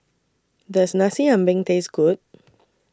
Does Nasi Ambeng Taste Good